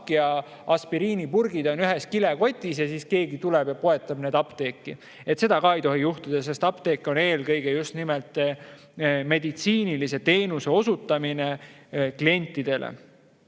ja aspiriinipurgid on ühes kilekotis ja siis keegi tuleb ja poetab selle apteeki. Seda ei tohi juhtuda, sest apteek on eelkõige just nimelt meditsiinilise teenuse osutamiseks klientidele.